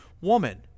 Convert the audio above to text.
woman